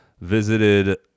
visited